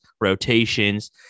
rotations